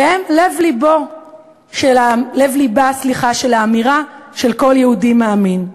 שהם לב-לבה של האמירה של כל יהודי מאמין: